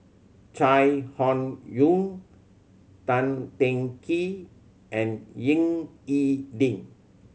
Chai Hon Yoong Tan Teng Kee and Ying E Ding